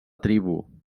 tribu